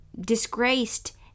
disgraced